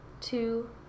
two